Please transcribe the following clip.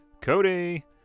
Cody